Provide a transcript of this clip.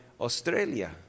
Australia